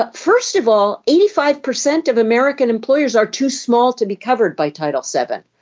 ah first of all eighty five percent of american employers are too small to be covered by title seven.